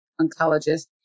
oncologist